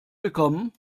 willkommen